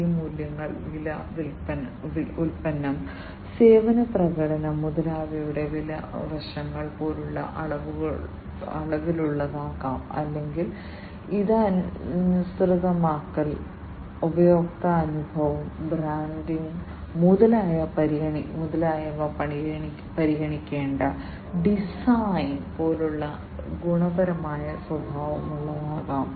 ഈ മൂല്യങ്ങൾ വില ഉൽപ്പന്നം സേവന പ്രകടനം മുതലായവയുടെ വില വശങ്ങൾ പോലെയുള്ള അളവിലുള്ളതാകാം അല്ലെങ്കിൽ ഇഷ്ടാനുസൃതമാക്കൽ ഉപഭോക്തൃ അനുഭവം ബ്രാൻഡിംഗ് മുതലായവ പരിഗണിക്കേണ്ട ഡിസൈൻ പോലുള്ള ഗുണപരമായ സ്വഭാവമുള്ളതാകാം